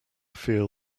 feel